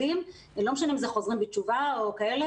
ולא משנה אם זה חוזרים בתשובה או אחרים,